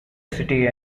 city